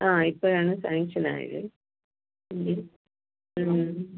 ആ ഇപ്പോഴാണ് സാംഗ്ഷനായത്